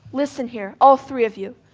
listen here all three of you.